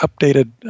updated